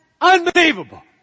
unbelievable